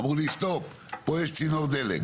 אמרו לי stop, פה יש צינור דלק.